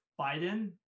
Biden